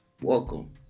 Welcome